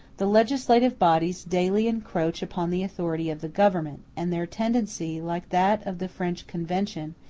the legislative bodies daily encroach upon the authority of the government, and their tendency, like that of the french convention,